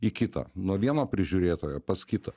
į kitą nuo vieno prižiūrėtojo pas kitą